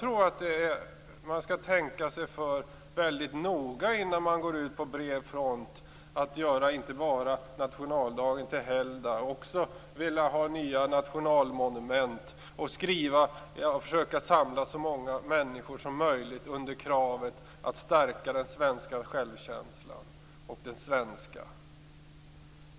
Man skall nog tänka sig för väldigt noga innan man går ut på bred front för att inte bara göra nationaldagen till helgdag utan också försöka åstadkomma nya nationalmonument. Man vill samla så många människor som möjligt under kravet att stärka den svenska självkänslan och det svenska.